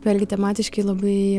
vėlgi tematiškai labai